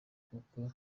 kuko